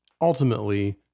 ultimately